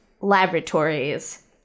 Laboratories